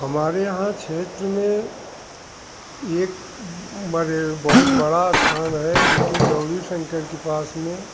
हमारे यहाँ क्षेत्र में एक मरे बहुत बड़ा स्थान है जो कि गौरी शंकर के पास में